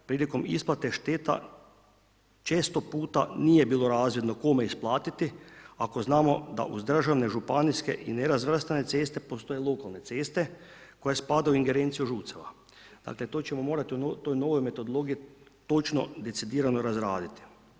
Prilikom isplate šteta često puta nije bilo razvidno kome isplatiti, ako znamo da uz državne, županijske i nerazvrstane ceste postoje lokalne ceste koje spadaju u ingerenciju ... Dakle, to ćemo morati u toj novoj metodologiji točno decidirano razraditi.